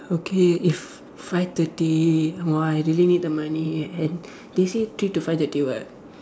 okay if five thirty !wah! I really need the money and they say three to five thirty what